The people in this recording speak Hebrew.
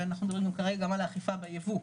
ואנחנו מדברים כרגע גם על האכיפה בייבוא,